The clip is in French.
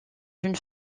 une